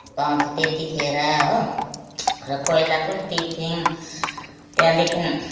पाउँथे त्यतिखेर हो र कोइला पनि टिपथ्यौँ त्यहाँदेखि